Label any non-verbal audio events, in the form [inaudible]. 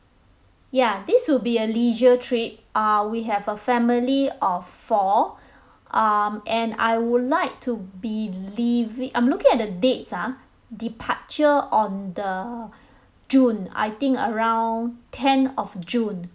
ya this will be a leisure trip uh we have a family of four [breath] um and I would like to be leaving I'm looking at the dates ah departure on the [breath] june I think around ten of june